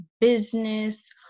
business